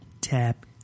tap